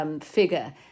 figure